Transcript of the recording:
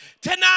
tonight